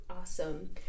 Awesome